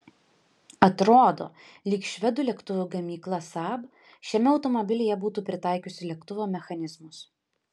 atrodo lyg švedų lėktuvų gamykla saab šiame automobilyje būtų pritaikiusi lėktuvo mechanizmus